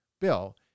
Bill